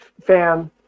fan